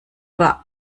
war